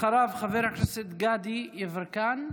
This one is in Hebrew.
אחריו, חבר הכנסת גדי יברקן,